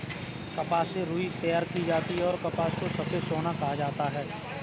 कपास से रुई तैयार की जाती हैंऔर कपास को सफेद सोना कहा जाता हैं